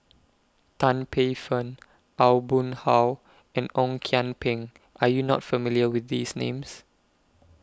Tan Paey Fern Aw Boon Haw and Ong Kian Peng Are YOU not familiar with These Names